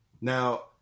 Now